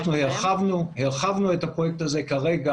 אנחנו הרחבנו את הפרויקט הזה כרגע,